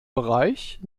bereich